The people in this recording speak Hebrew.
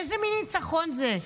איזה מין ניצחון זה?